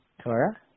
Tora